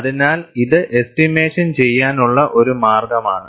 അതിനാൽ ഇത് എസ്റ്റിമേഷൻ ചെയ്യാനുള്ള ഒരു മാർഗമാണ്